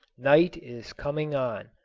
night is coming on.